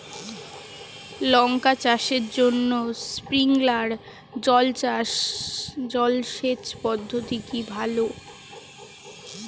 লঙ্কা চাষের জন্য স্প্রিংলার জল সেচ পদ্ধতি কি ভালো?